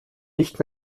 nicht